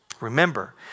Remember